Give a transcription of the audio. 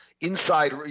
inside